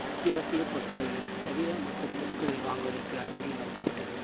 அத்தியாவசிய பொருட்கள் தவிர மற்ற பொருட்கள் வாங்குவதற்கு அனுமதி மறுக்கப்பட்டது